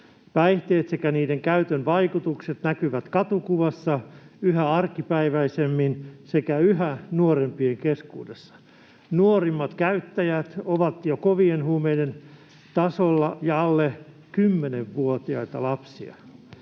Päihteet sekä niiden käytön vaikutukset näkyvät katukuvassa yhä arkipäiväisemmin sekä yhä nuorempien keskuudessa. Nuorimmat käyttäjät ovat jo kovien huumeiden tasolla ja alle 10-vuotiaita lapsia.